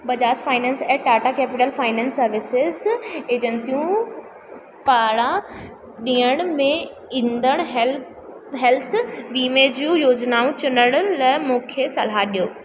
Bajaj finance ऐं Tata capital finance services एजेंसियूं पारां ॾियण में ईंदड़ हेल्थ हेल्थ वीमे जूं योजनाऊं चूंडण लाइ मूंखे सलाहु ॾियो